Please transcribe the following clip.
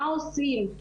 מה עושים.